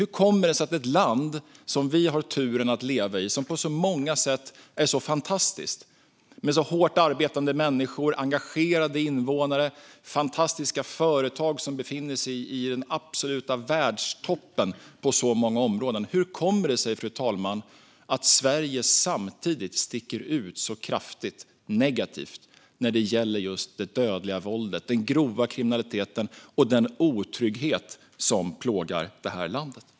Hur kommer det sig, fru talman, att det land som vi har turen att leva i, som på så många sätt är så fantastiskt, som har så hårt arbetande människor, engagerade invånare och fantastiska företag och som befinner sig i den absoluta världstoppen på så många områden, samtidigt sticker ut så kraftigt negativt när det gäller det dödliga våldet, den grova kriminaliteten och den otrygghet som plågar det här landet?